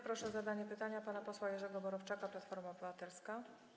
Proszę o zadanie pytania pana posła Jerzego Borowczaka, Platforma Obywatelska.